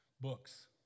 books